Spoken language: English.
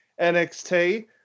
NXT